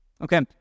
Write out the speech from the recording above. Okay